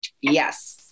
Yes